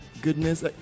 goodness